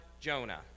Jonah